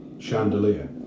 Chandelier